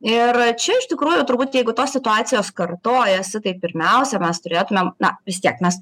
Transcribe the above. ir čia iš tikrųjų turbūt jeigu tos situacijos kartojasi tai pirmiausia mes turėtumėm na vis tiek mes